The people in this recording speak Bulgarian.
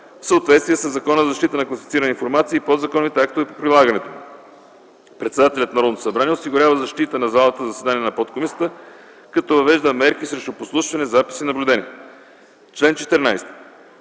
в съответствие със Закона за защита на класифицираната информация и подзаконовите актове по прилагането му. Председателят на Народното събрание осигурява защита на залата за заседанията на подкомисията, като въвежда мерки срещу подслушване, запис и наблюдение. Чл. 14.